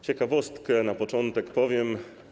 Ciekawostkę na początek powiem.